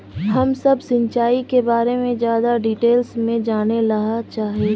हम सब सिंचाई के बारे में ज्यादा डिटेल्स में जाने ला चाहे?